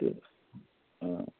تہٕ اۭں